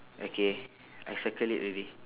okay I circle it already